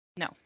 no